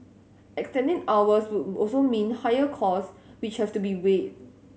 extending hours would also mean higher cost which have to be weighed